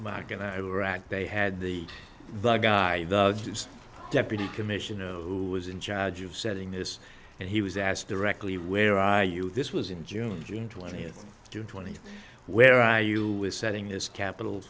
mark and iraq they had the bug guy just deputy commissioner who was in charge of setting this and he was asked directly where are you this was in june june twentieth to twenty where are you with setting this capital